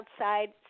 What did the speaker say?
outside